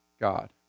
God